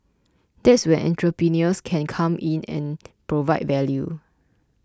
that's where entrepreneurs can come in and provide value